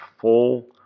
full